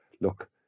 look